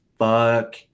Fuck